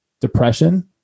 depression